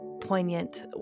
poignant